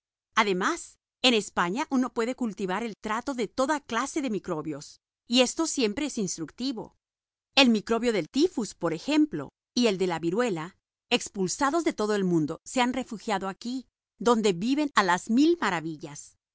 además en españa uno puede cultivar el trato de toda clase de microbios y esto siempre es instructivo el microbio del tifus por ejemplo y el de la viruela expulsados de todo el mundo se han refugiado aquí donde viven a las mil maravillas